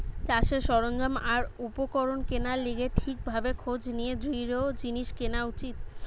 চাষের সরঞ্জাম আর উপকরণ কেনার লিগে ঠিক ভাবে খোঁজ নিয়ে দৃঢ় জিনিস কেনা উচিত